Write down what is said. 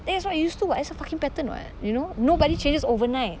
that is what I used to [what] that's a fucking pattern [what] you know nobody changes overnight